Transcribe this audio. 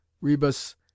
rebus